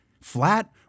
Flat